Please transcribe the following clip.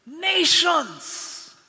nations